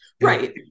right